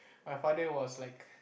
my father was like